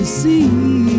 see